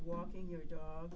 walking your dog